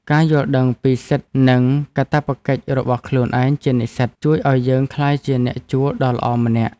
ការយល់ដឹងពីសិទ្ធិនិងកាតព្វកិច្ចរបស់ខ្លួនឯងជានិស្សិតជួយឱ្យយើងក្លាយជាអ្នកជួលដ៏ល្អម្នាក់។